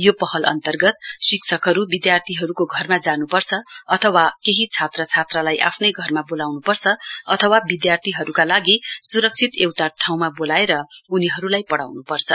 यो पहल अन्तर्गत शिक्षकहरू विद्यार्थीहरूको घरमा जानुपर्छ अथवा केही छात्र छात्रालाई आफनै घरमा बोलाउनुपर्छ अथवा विद्यार्थीहरूका लागी सुरक्षित एउटा ठाउँमा बोलाएर उनीहरूलाई पढाउनु पर्छ